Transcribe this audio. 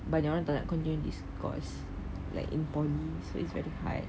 but they want to tanya you to continue this course like in poly so it's very hard